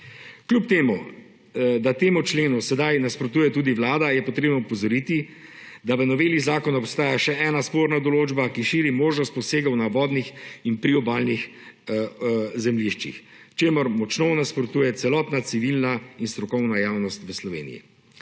Kljub temu da temu členu zdaj nasprotuje tudi vlada, je treba opozoriti, da v noveli Zakona o vodah ostaja še ena sporna določba, ki širi možnost posegov na vodnih in priobalnih zemljiščih, čemur močno nasprotuje celotna civilna in strokovna javnost v Sloveniji.